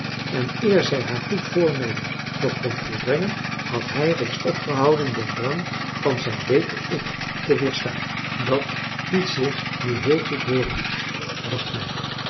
en eer zij haar goed voornemen nog kon volbrengen had hij reeds opgehouden den drang van zijn beter ik te weerstaan dat liet zich nu heel goed hooren dacht mij